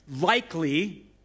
likely